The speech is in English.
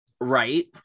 right